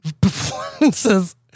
performances